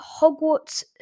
Hogwarts